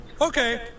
Okay